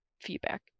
feedback